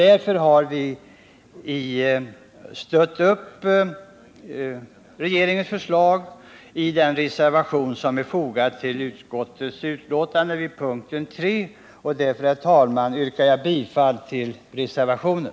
Därför har vi i den reservation som är fogad till utskottsbetänkandet vid punkten 3 stött regeringens förslag. Herr talman! Jag yrkar bifall till reservationen.